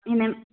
इन